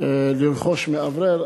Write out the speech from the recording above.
לרכוש מאוורר.